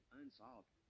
unsolved